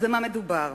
אז במה מדובר?